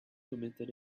permitted